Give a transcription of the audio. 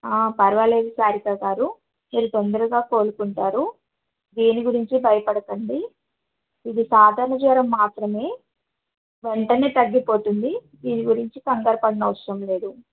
పర్వాలేదు సారికగారు మీరు తొందరగా కోలుకుంటారు దీని గురించి భయపడకండి ఇది సాధారణ జ్వరం మాత్రమే వెంటనే తగ్గిపోతుంది దీని గురించి కంగారుపడాల్సిన అవసరం లేదు